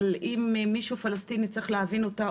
אבל אם מישהו פלסטיני היה צריך להבין אותה,